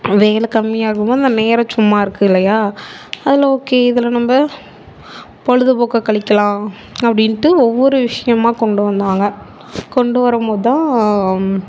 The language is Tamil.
வேலை கம்மியாகும் போது அந்த நேரம் சும்மா இருக்குது இல்லையா அதில் ஓகே இதில் நம்ம பொழுதுபோக்க கழிக்கலாம் அப்படின்ட்டு ஒவ்வொரு விஷயமா கொண்டு வந்தாங்க கொண்டு வரும் போது தான்